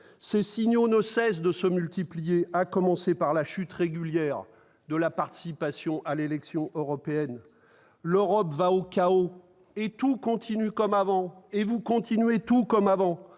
Ces signaux ne cessent de se multiplier, à commencer par la chute régulière de la participation à l'élection européenne. L'Europe va au chaos, et tout continue comme avant. La question démocratique